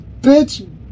bitch